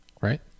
right